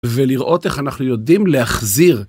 ולראות איך אנחנו יודעים להחזיר